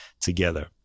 together